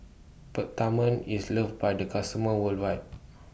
Peptamen IS loved By The customers worldwide